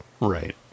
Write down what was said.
right